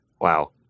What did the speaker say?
Wow